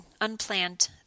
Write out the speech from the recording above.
unplanned